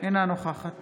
אינה נוכחת